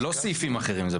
זה לא סעיפים אחרים.